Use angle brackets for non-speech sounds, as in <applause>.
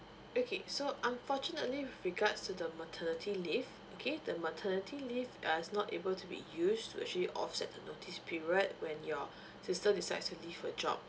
okay so fortunately with regards to the maternity leave okay the maternity leave uh is not able to be used to actually offset the notice period when your <breath> sister decide to leave her job